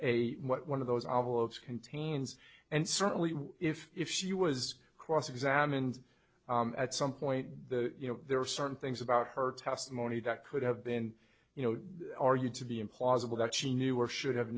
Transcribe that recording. a one of those awful of contains and certainly if if she was cross examined at some point you know there are certain things about her testimony that could have been you know or you to be implausible that she knew or should have